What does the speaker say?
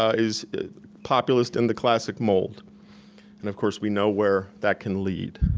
ah is populist in the classic mold. and of course we know where that can lead.